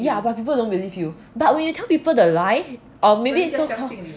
yeah but people don't believe you but when you tell people the lie or maybe